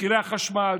מחירי החשמל,